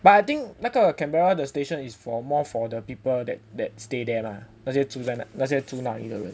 but I think 那个 Canberra the station is for more for the people that that stay there lah 那些住在那那些住那里的人